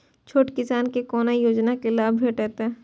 छोट किसान के कोना योजना के लाभ भेटते?